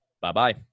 Bye-bye